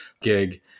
gig